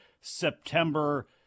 September